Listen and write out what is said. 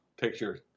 picture